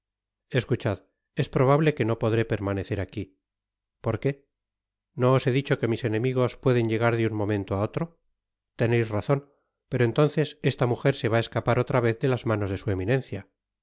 he de encontrar escuchad es probable que no podré permanecer aqui por qué no os he dicho que mis enemigos pueden llegar de un momento á otro teneis razon pero entonces esta mujer se va á escapar otra vez de las manos de su eminencia